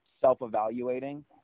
self-evaluating